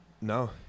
No